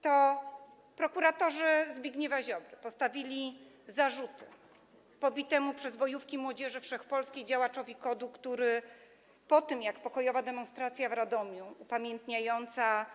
To prokuratorzy Zbigniewa Ziobry postawili zarzuty pobitemu przez bojówki Młodzieży Wszechpolskiej działaczowi KOD-u, po tym, jak pokojowa demonstracja w Radomiu upamiętniająca.